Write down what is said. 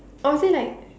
or is it like